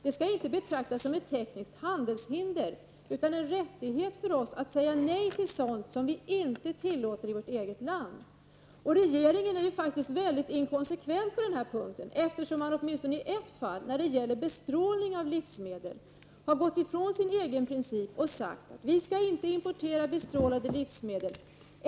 Det skall inte betraktas som ett tekniskt handelshinder utan som en rättighet för oss att säga nej till sådant som vi inte tillåter i vårt eget land. Regeringen är inkonsekvent på den punkten. Åtminstone i ett fall, när det gäller bestrålning av livsmedel, har man gått ifrån sin egen princip och sagt att Sverige inte skall importera bestrålade livsmedel.